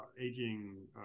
aging